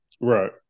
right